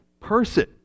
person